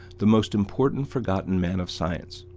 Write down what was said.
the most important forgotten man of science.